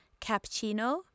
cappuccino